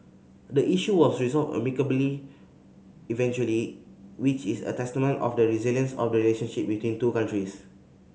the issue was resolved amicably eventually which is a testament of the resilience of the relationship between two countries